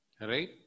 Right